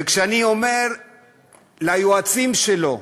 וכשאני אומר ליועצים שלו: